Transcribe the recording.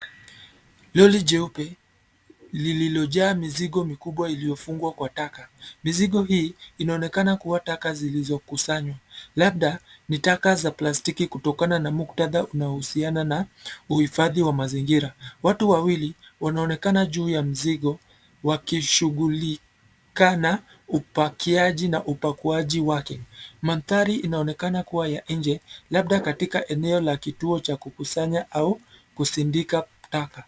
Lori jeupe, lililojaa mizigo mikubwa iliyofungwa kwa taka, mizigo hii, inaonekana kuwa taka zilizokusanywa, labda, ni taka za plastiki kutokana na muktadha unaohusiana na, uhifadhi wa mazingira, watu wawili, wanaonekana juu ya mzigo, wakishughuli, kana, upakiaji na upakuaji wake, mandhari inaonakena kuwa ya nje, labda katika eneo la kituo cha kukusanya au, kusindika taka.